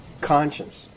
conscience